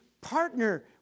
partner